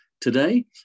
today